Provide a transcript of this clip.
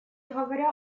говоря